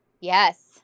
Yes